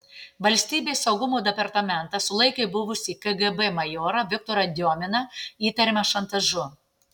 valstybės saugumo departamentas sulaikė buvusį kgb majorą viktorą diominą įtariamą šantažu